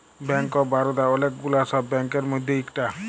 bank of Baroda ওলেক গুলা সব ব্যাংকের মধ্যে ইকটা